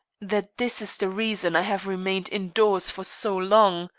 that this is the reason i have remained indoors for so long?